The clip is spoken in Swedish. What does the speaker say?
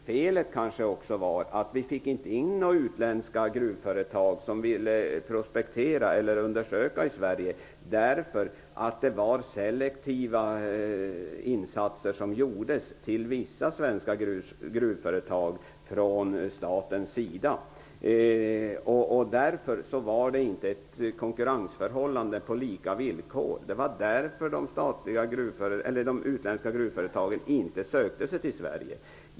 Felet var kanske att inga utländska gruvföretag ville göra undersökningar i Sverige, därför att staten gjorde selektiva insatser riktade till vissa svenska gruvföretag. Således var det inte fråga om konkurrens på lika villkor. Det var därför som de utländska gruvföretagen inte sökte sig till Sverige.